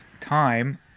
time